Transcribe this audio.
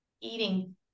eating